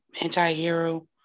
anti-hero